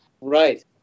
Right